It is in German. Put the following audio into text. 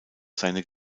seine